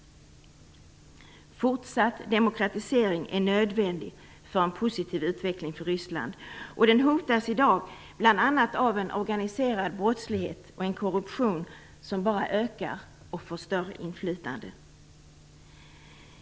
En fortsatt demokratisering är nödvändig för en positiv utveckling för Ryssland. Den hotas i dag bl.a. av en organiserad brottslighet och en korruption som bara ökar och får större inflytande.